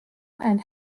and